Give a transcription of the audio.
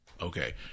Okay